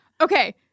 okay